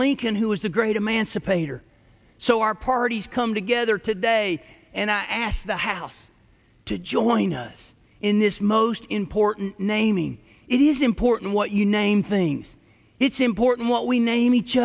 lincoln who was the great emancipator so our party's come together today and i asked the house to join us in this most important naming it is important what you name things it's important what we name each